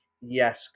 Yes